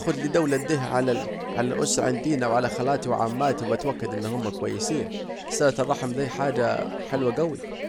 اخدلي دولة اكده على الاسرة عندينا وعلا خلاتي وعماتي واتوكد انهم كويسين، صلة الرحم ديه حاجة حلوة جوي